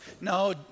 No